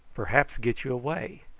perhaps get you away.